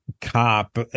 cop